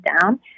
down